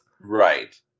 Right